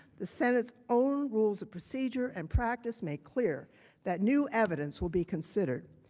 the senate's own rules of procedure and practice may clear that new evidence will be considered.